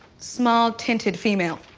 small tinted female.